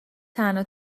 تنها